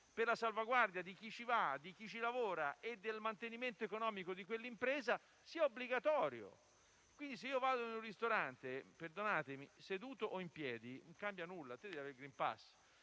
per la salvaguardia di chi ci va e di chi ci lavora e del mantenimento economico di quell'impresa. Se io vado in un ristorante - perdonatemi, seduto o in piedi non cambia nulla - devo avere il *green pass*: